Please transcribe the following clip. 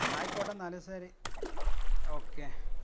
എന്നാക് ആയിക്കോട്ടെ എന്നാൽ ശരി ഓക്കേ